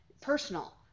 personal